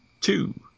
two